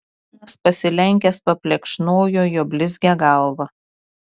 jonas pasilenkęs paplekšnojo jo blizgią galvą